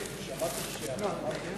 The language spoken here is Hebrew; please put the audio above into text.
אין